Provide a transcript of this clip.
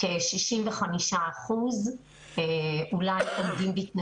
באיזה היקפים, באיזה בית ספר.